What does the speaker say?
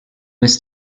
missed